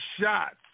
shots